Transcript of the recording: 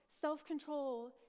self-control